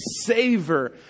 savor